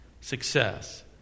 success